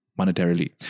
Monetarily